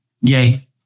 Yay